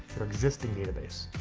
your existing database.